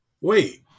Wait